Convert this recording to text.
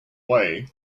way